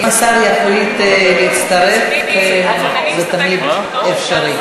אם השר יחליט להצטרף, זה תמיד אפשרי.